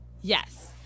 Yes